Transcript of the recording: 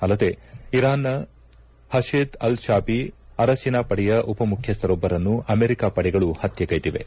ಅಲ್ಲದೆ ಇರಾನ್ನ ಪಷೆದ್ ಅಲ್ ಶಾಬಿ ಅರಸೇನಾ ಪಡೆಯ ಉಪಮುಖ್ಯಸ್ಥರೊಬ್ಬರನ್ನು ಅಮೆರಿಕ ಪಡೆಗಳು ಹತ್ತೆಗೈದಿವೆ